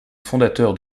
fondateur